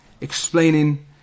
explaining